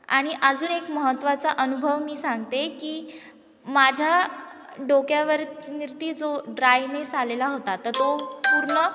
आणि अजून एक महत्त्वाचा अनुभव मी सांगते की माझ्या डोक्यावर निर्ती जो ड्रायनेस आलेला होता तर तो पूर्ण